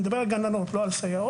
אני מדבר על גננות ולא על סייעות,